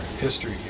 history